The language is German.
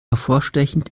hervorstechend